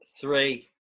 three